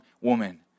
woman